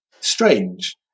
strange